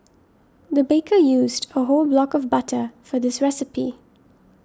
the baker used a whole block of butter for this recipe